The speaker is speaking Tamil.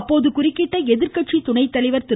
அப்போது குறுக்கிட்ட எதிர்கட்சி துணை தலைவர் திரு